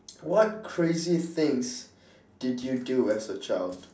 what crazy things did you do as a child